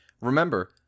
Remember